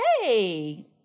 Hey